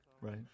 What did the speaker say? Right